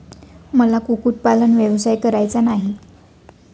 मला कुक्कुटपालन व्यवसाय करायचा नाही